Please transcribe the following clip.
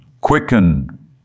quicken